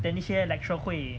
the 那些 lecturer 会